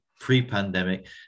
pre-pandemic